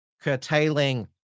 curtailing